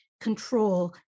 control